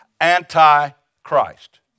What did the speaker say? Antichrist